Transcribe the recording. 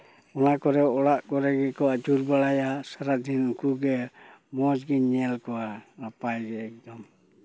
ᱚᱱᱟ ᱠᱚᱨᱮᱫ ᱚᱲᱟᱜ ᱠᱚᱨᱮ ᱜᱮᱠᱚ ᱟᱹᱪᱩᱨ ᱵᱟᱲᱟᱭᱟ ᱥᱟᱨᱟᱫᱤᱱ ᱩᱱᱠᱩ ᱜᱮ ᱢᱚᱡᱽ ᱜᱤᱧ ᱧᱮᱞ ᱠᱚᱣᱟ ᱱᱟᱯᱟᱭᱜᱮ ᱮᱠᱫᱚᱢ